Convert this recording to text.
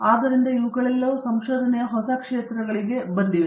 ಆದ್ದರಿಂದ ಇವುಗಳೆಲ್ಲವೂ ಸಂಶೋಧನೆಯ ಹೊಸ ಕ್ಷೇತ್ರಗಳಿಗೆ ಏರಿವೆ